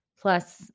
Plus